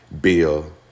bill